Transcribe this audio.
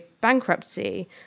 bankruptcy